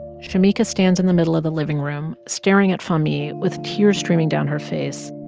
shemeika stands in the middle of the living room staring at fahmee with tears streaming down her face.